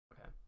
Okay